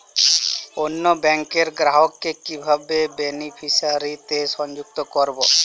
অন্য ব্যাংক র গ্রাহক কে কিভাবে বেনিফিসিয়ারি তে সংযুক্ত করবো?